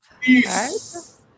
Peace